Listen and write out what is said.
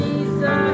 Jesus